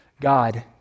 God